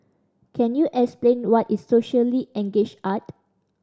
can you explain what is socially engaged art